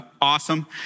awesome